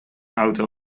auto